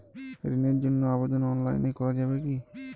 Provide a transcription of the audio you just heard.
ঋণের জন্য আবেদন অনলাইনে করা যাবে কি?